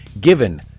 given